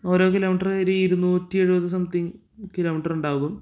ഓരോ കിലോമീറ്റർ ഒരു ഇരുനൂറ്റി എഴുപത് സംതിങ്ങ് കിലോമീറ്റർ ഉണ്ടാകും